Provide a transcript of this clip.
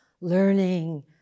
learning